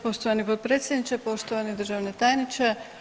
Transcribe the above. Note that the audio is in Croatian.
Poštovani potpredsjedniče, poštovani državni tajniče.